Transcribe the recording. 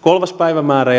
kolmas päivämäärä